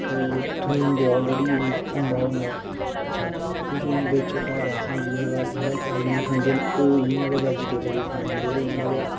थोम दे already use होंदा होंदा अच्छा कुछ कुछ बिच घर ऐसे न जिं'दे घर गंडा थोम नेईं खंदे न ओह् इ'यां गै वेजिटेबल बनांदे ते इ'यां गै